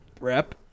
wrap